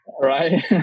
Right